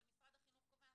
זה משרד החינוך קובע,